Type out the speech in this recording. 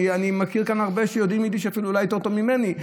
אני מכיר כאן הרבה שיודעים יידיש אפילו אולי יותר טוב ממני.